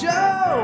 Joe